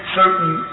certain